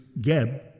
Geb